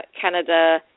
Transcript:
canada